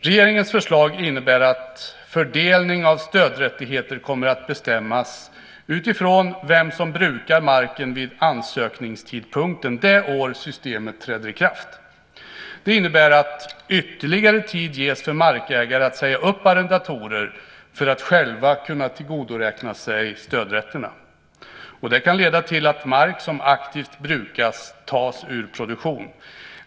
Regeringens förslag innebär att fördelning av stödrättigheter kommer att bestämmas utifrån vem som brukar marken vid ansökningstidpunkten det år systemet träder i kraft. Det innebär att ytterligare tid ges för markägare att säga upp arrendatorer för att själva kunna tillgodoräkna sig stödrätterna. Det kan leda till att mark som aktivt brukas tas ur produktion.